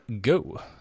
go